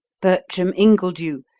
bertram ingledew,